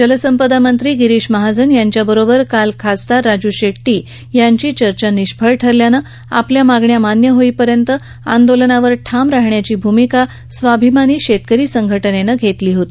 जलसंपदा मंत्री गिरीश महाजन यांच्याबरोबर काल खासदार राजू शेड्टी यांची निष्फळ ठरल्यानं आपल्या मागण्या मान्य होईपर्यंत आंदोलनावर ठाम राहण्याची भूमिका स्वाभिमानी शेतकरी संघटनेनं घेतली होती